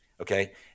okay